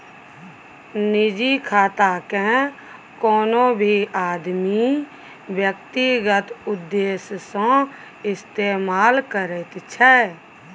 निजी खातेकेँ कोनो भी आदमी व्यक्तिगत उद्देश्य सँ इस्तेमाल करैत छै